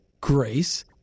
grace